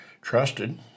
trusted